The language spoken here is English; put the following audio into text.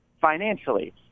financially